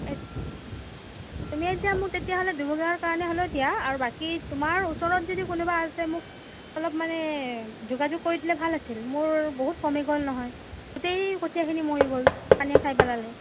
তুমি এতিয়া মোক তেতিয়াহ'লে দুবিঘাৰ কাৰণে হ'লেও দিয়া আৰু বাকী তোমাৰ ওচৰত যদি কোনোবা আছে মোক অলপ মানে যোগাযোগ কৰি দিলে ভাল আছিল মোৰ বহুত কমি গ'ল নহয় গোটেই কঠীয়াখিনি মৰি গ'ল পানীয়ে খাই পেলালে